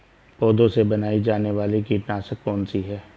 पौधों से बनाई जाने वाली कीटनाशक कौन सी है?